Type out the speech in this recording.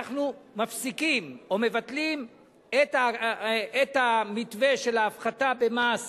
אנחנו מפסיקים או מבטלים את המתווה של ההפחתה במס